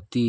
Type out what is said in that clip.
ଅତି